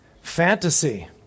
Fantasy